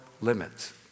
limits